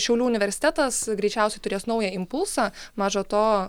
šiaulių universitetas greičiausiai turės naują impulsą maža to